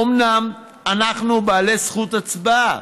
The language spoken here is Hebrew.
אומנם אנחנו בעלי זכות הצבעה,